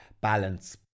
balance